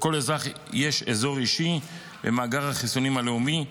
לכל אזרח יש אזור אישי במאגר החיסונים הלאומי,